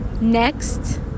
Next